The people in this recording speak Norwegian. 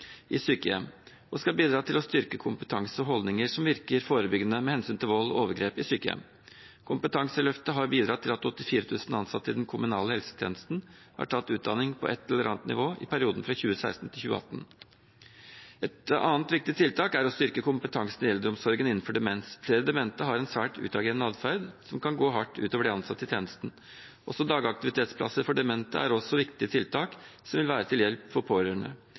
sykehjem og skal bidra til å styrke kompetanse og holdninger som virker forebyggende med hensyn til vold og overgrep i sykehjem. Kompetanseløftet har bidratt til at 84 000 ansatte i den kommunale helsetjenesten har tatt utdanning på et eller annet nivå i perioden fra 2016 til 2018. Et annet viktig tiltak er å styrke kompetansen i eldreomsorgen innenfor demens. Flere demente har en svært utagerende adferd, som kan gå hardt utover de ansatte i tjenesten. Også dagaktivitetsplasser for demente er et viktig tiltak som vil være til hjelp for pårørende.